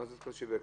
מה זה פה "שיווק"?